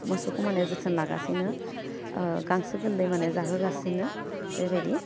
मोसौखौ माने जोथोन लागासिनो ओह गांसो गोरलै माने जाहोगासिनो बेबायदि